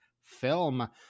film